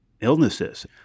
illnesses